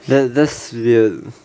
that's that's weird